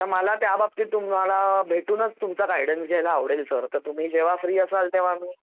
तर मला त्याबाबतीत तुम्हाला भेटूनच तुमचा गायडन्स घ्यायला आवडेल सर तर तुम्ही जेव्हा फ्री असाल तेव्हा मी